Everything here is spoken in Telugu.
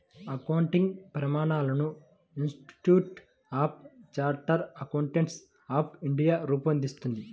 అకౌంటింగ్ ప్రమాణాలను institute of chartered accountants of India రూపొందిస్తుంది